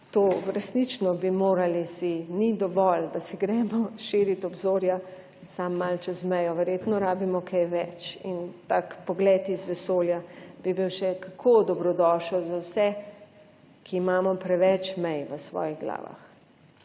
to resnično bi morali si, ni dovolj, da si gremo širiti obzorja, samo malo čez mejo. Verjetno rabimo kaj več in tak pogled iz vesolja bi bil še kako dobrodošel za vse, ki imamo preveč mej v svojih glavah.